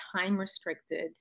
time-restricted